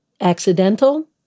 accidental